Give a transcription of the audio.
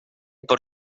por